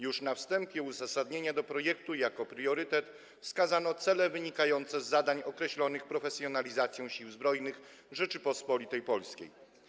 Już na wstępie w uzasadnieniu projektu jako priorytet wskazano cele wynikające z zadań określonych profesjonalizacją Sił Zbrojnych Rzeczypospolitej Polskiej.